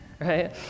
right